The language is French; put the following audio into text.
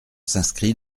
s’inscrit